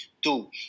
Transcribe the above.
Two